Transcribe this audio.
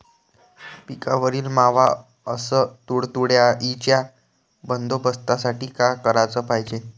पिकावरील मावा अस तुडतुड्याइच्या बंदोबस्तासाठी का कराच पायजे?